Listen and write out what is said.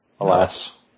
alas